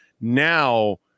Now